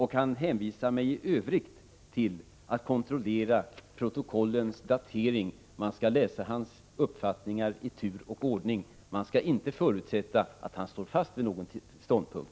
Han hänvisar i övrigt till protokollens datering, som han anser att jag skall kontrollera. Man skall alltså läsa hans uppfattningar i tur och ordning men uppenbarligen inte förutsätta att han står fast vid någon ståndpunkt.